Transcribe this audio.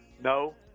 No